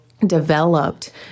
developed